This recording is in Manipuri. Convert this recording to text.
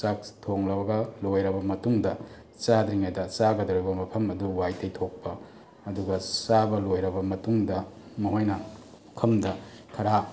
ꯆꯥꯛ ꯊꯣꯡꯂꯒ ꯂꯣꯏꯔꯕ ꯃꯇꯨꯡꯗ ꯆꯥꯗ꯭ꯔꯤꯉꯩꯗ ꯆꯥꯒꯗꯧꯔꯤꯕ ꯃꯐꯝ ꯑꯗꯨ ꯋꯥꯏ ꯇꯩꯊꯣꯛꯄ ꯑꯗꯨꯒ ꯆꯥꯕ ꯂꯣꯏꯔꯕ ꯃꯇꯨꯡꯗ ꯃꯈꯣꯏꯅ ꯄꯨꯈꯝꯗ ꯈꯔ